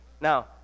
now